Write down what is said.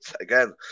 Again